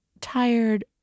tired